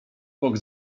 bok